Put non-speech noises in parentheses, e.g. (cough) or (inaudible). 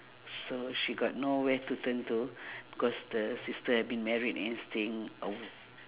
so she got nowhere to turn to (breath) because the sister have been married and staying away